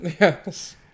Yes